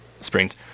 springs